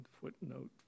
footnote